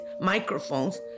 microphones